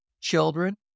children